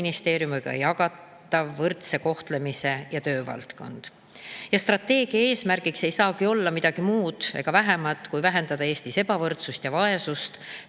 jagatav võrdse kohtlemise ja töö valdkond. Strateegia eesmärgiks ei saagi olla midagi muud ega vähemat kui vähendada Eestis ebavõrdsust ja vaesust,